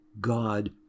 God